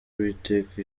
uwiteka